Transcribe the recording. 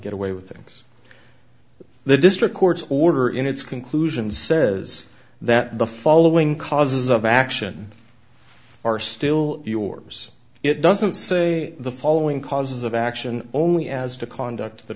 get away with things the district court's order in its conclusion says that the following causes of action are still yours it doesn't say the following causes of action only as to conduct that